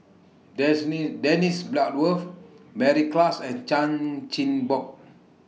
Dennis Bloodworth Mary Klass and Chan Chin Bock